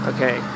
Okay